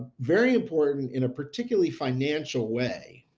very important in a particularly financial way